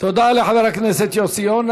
תודה לחבר הכנסת יוסי יונה.